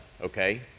okay